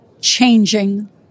changing